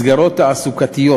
מסגרות תעסוקתיות